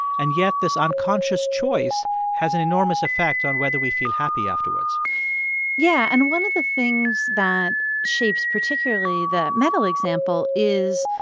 and yet, this unconscious choice has an enormous effect on whether we feel happy afterwards yeah, and one of the things that shapes particularly the medal example is,